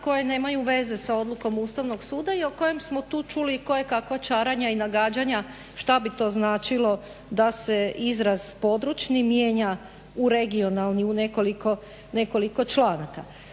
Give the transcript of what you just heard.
koje nemaju veze sa odlukom ustavnog suda i o kojem smo tu čuli kojekakva čaranja i nagađanja šta bi to značilo da se izraz područni mijenja u regionalni u nekoliko članaka.